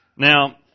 Now